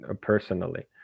personally